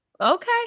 okay